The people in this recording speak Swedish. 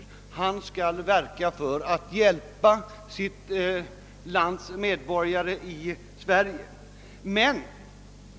En utländsk konsul i Sverige skall verka för att hjälpa sitt lands medborgare under deras vistelse hos oss.